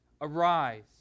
Arise